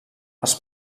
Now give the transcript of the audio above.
les